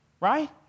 right